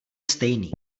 stejný